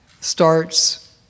starts